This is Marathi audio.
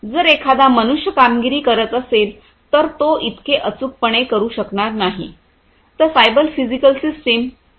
जर एखादा मनुष्य कामगिरी करत असेल तर तो इतके अचूकपणे करू शकणार नाही तर सायबर फिजिकल सिस्टम करू शकेल